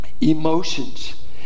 emotions